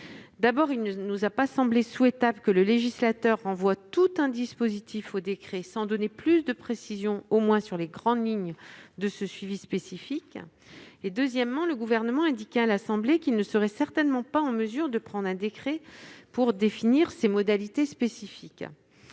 part, il ne nous a pas semblé souhaitable que le législateur renvoie l'intégralité d'un dispositif à un décret, sans plus de précisions, au moins sur les grandes lignes de ce suivi spécifique. D'autre part, le Gouvernement a indiqué à l'Assemblée nationale qu'il ne serait certainement pas en mesure de prendre un décret pour définir ces modalités spécifiques.